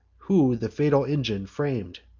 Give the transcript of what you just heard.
who the fatal engine fram'd.